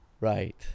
Right